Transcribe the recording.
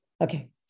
Okay